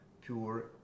pure